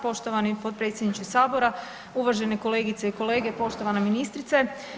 Poštovani potpredsjedniče Sabora, uvažene kolegice i kolege, poštovana ministrice.